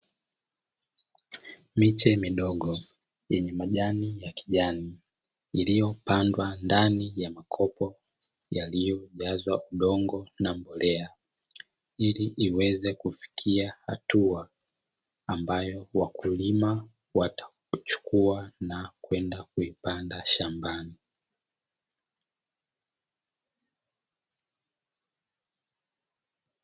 Miche midogo yenye majani ya kijani iliyopandwa ndani ya makopo yaliyojazwa udongo na mbolea, ili iweze kufikia hatua ambayo wakulima wataichukuwa na kwenda kuipanda shambani.